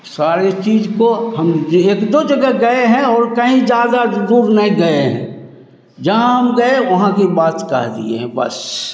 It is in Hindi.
सारे चीज़ को हमें दे एक दो जगह गए हैं और कहीं ज़्यादा दूर नहीं गए हैं जहाँ हम गए वहाँ की बात कह दिए हैं बस